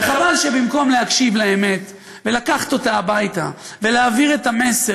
וחבל שבמקום להקשיב לאמת ולקחת אותה הביתה ולהעביר את המסר,